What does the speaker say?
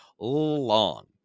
long